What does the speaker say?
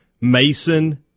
Mason